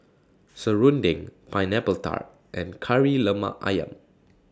Serunding Pineapple Tart and Kari Lemak Ayam